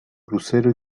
crucero